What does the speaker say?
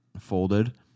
folded